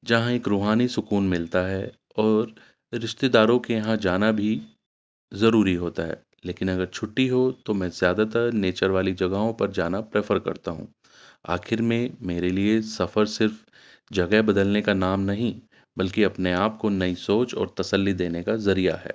جہاں ایک روحانی سکون ملتا ہے اور رشتےہ داروں کے یہاں جانا بھی ضروری ہوتا ہے لیکن اگر چھٹی ہو تو میں زیادہ تر نیچر والی جگہوں پر جانا پریفر کرتا ہوں آخر میں میرے لیے سفر صرف جگہ بدلنے کا نام نہیں بلکہ اپنے آپ کو نئی سوچ اور تسلی دینے کا ذریعہ ہے